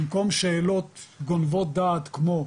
במקום שאלות גונבות דעת כמו,